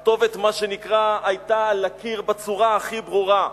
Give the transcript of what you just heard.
הכתובת, מה שנקרא, היתה על הקיר בצורה הכי ברורה.